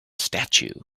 statue